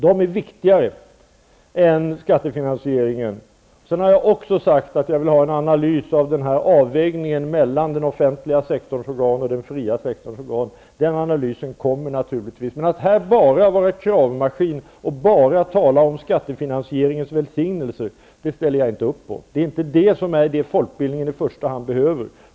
De är viktigare än skattefinansieringen. Jag har också sagt att jag vill ha en analys av avvägningen mellan den offentliga sektorns organ och den fria sektorns organ. Den analysen kommer naturligtvis att göras, men att här bara vara kravmaskin och tala om skattefinansieringens välsignelser ställer jag inte upp på. Det är inte det som folkbildningen i första hand behöver.